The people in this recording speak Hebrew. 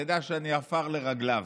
אתה יודע שאני עפר לרגליו.